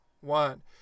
one